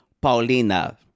Paulina